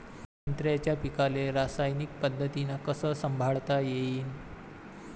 संत्र्याच्या पीकाले रासायनिक पद्धतीनं कस संभाळता येईन?